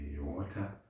water